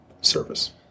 service